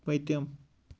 پٔتِم